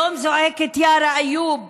היום זועקת יארא איוב